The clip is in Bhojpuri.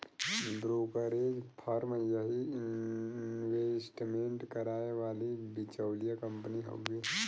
ब्रोकरेज फर्म यही इंवेस्टमेंट कराए वाली बिचौलिया कंपनी हउवे